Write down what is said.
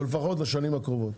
או לפחות לשנים הקרובות.